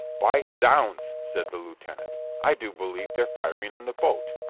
by zounds! said the lieutenant. i do believe they're firing on the boat!